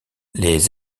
les